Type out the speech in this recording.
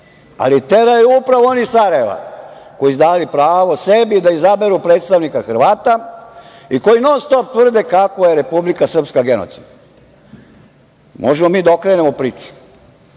Teraju je upravo oni iz Sarajeva koji su dali pravo sebi da izaberu predstavnika Hrvata i koji non-stop tvrde kako je Republika Srpska genocid. Možemo mi da okrenemo priču.